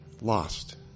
lost